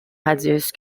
radieuse